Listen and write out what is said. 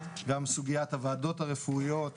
גם סוגיית הוועדות הרפואיות,